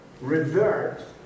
revert